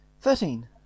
Thirteen